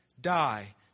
die